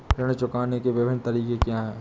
ऋण चुकाने के विभिन्न तरीके क्या हैं?